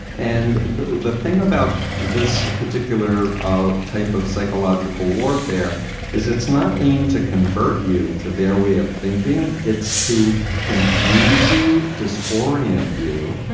and the the thing about this particular ah type of psychological warfare is it's not aimed to convert you to their way of thinking. it's to confuse you, just orient you,